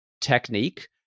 technique